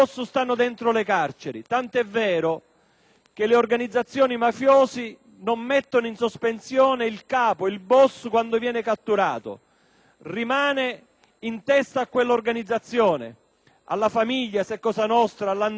che le organizzazioni mafiose non mettono in sospensione il capo, il boss, quando viene catturato. Egli rimane in testa a quell'organizzazione (alla famiglia se è Cosa nostra, alla 'ndrina o alla famiglia camorrista)